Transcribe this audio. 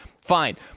Fine